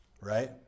Right